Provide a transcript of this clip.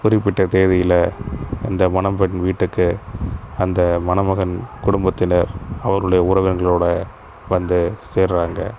குறிப்பிட்ட தேதியில் இந்த மணப்பெண் வீட்டிற்கு அந்த மணமகன் குடும்பத்தினர் அவர்களுடைய உறவினர்களோடு வந்து சேர்கிறாங்க